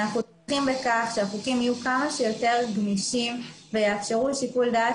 בכך שהחוקים יהיו כמה שיותר גמישים ויאפשרו שיקול דעת